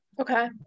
Okay